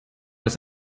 was